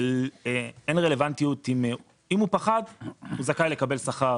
אין רלוונטיות אם אדם פחד הוא זכאי לקבל שכר.